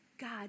God